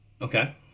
Okay